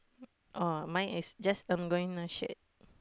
oh mine is just I'm going to shit